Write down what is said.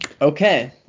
Okay